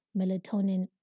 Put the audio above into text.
melatonin